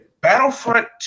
Battlefront